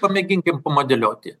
pamėginkim pamodeliuoti